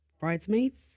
Bridesmaids